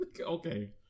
Okay